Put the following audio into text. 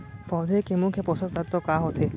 पौधे के मुख्य पोसक तत्व का होथे?